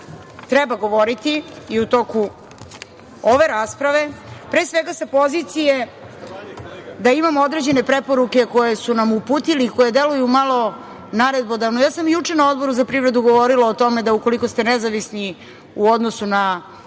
treba govoriti i u toku ove rasprave, pre svega sa pozicije da imamo određene preporuke koje su nam uputili i koje deluju malo naredbodavno. Ja sam juče na Odboru za privredu govorila o tome da ukoliko ste nezavisni u odnosu na